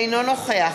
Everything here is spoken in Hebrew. אינו נוכח